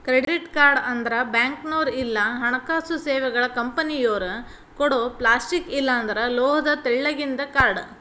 credit card ಅಂದ್ರ ಬ್ಯಾಂಕ್ನೋರ್ ಇಲ್ಲಾ ಹಣಕಾಸು ಸೇವೆಗಳ ಕಂಪನಿಯೊರ ಕೊಡೊ ಪ್ಲಾಸ್ಟಿಕ್ ಇಲ್ಲಾಂದ್ರ ಲೋಹದ ತೆಳ್ಳಗಿಂದ ಕಾರ್ಡ್